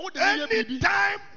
anytime